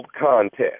contest